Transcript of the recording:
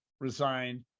resigned